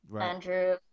Andrew